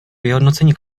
vyhodnocení